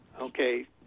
Okay